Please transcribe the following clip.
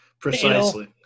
precisely